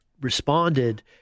responded